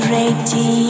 ready